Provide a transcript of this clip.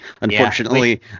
Unfortunately